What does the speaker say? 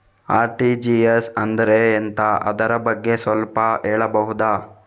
RTGS ಅಂದ್ರೆ ಎಂತ ಅದರ ಬಗ್ಗೆ ಸ್ವಲ್ಪ ಹೇಳಬಹುದ?